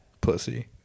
Pussy